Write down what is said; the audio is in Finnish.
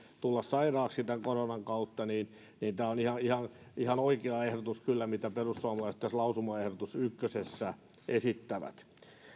tulla sairaaksi koronan kautta tämä on ihan oikea ehdotus kyllä mitä perussuomalaiset tässä lausumaehdotus ykkösessä esittävät